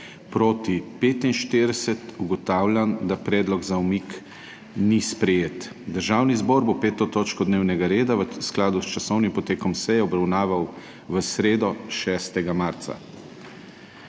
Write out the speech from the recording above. (Proti 45.) Ugotavljam, da predlog za umik ni sprejet. Državni zbor bo 5. točko dnevnega reda v skladu s časovnim potekom seje obravnaval v sredo, 6. marca.